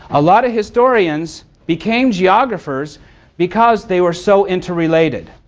a lot of historians became geographers because they were so interrelated.